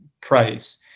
price